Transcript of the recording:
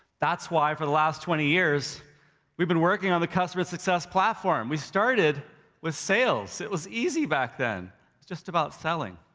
that's why for the last twenty years we've been working on the customer success platform. we started with sales. it was easy back then. it's just about selling.